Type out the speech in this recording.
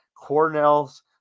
Cornell's